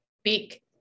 speak